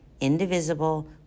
indivisible